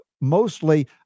mostly